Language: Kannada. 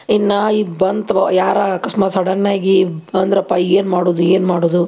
ಇನ್ನು ಹೀಗ್ ಬಂತ್ವ ಯಾರೂ ಆಕಸ್ಮಾತ್ ಸಡನ್ನಾಗಿ ಬಂದರಪ್ಪ ಏನು ಮಾಡೋದು ಏನು ಮಾಡೋದು